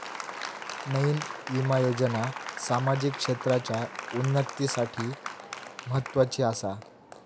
नयीन विमा योजना सामाजिक क्षेत्राच्या उन्नतीसाठी म्हत्वाची आसा